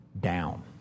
down